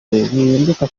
bihinduka